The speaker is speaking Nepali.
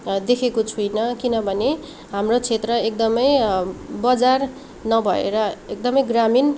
देखेको छुइनँ किनभने हाम्रो क्षेत्र एकदमै बजार नभएर एकदमै ग्रामिण